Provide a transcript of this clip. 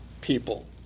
people